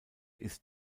ist